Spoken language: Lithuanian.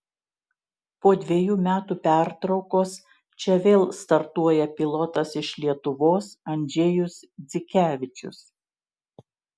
po dvejų metų pertraukos čia vėl startuoja pilotas iš lietuvos andžejus dzikevičius